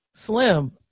Slim